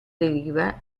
deriva